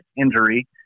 injury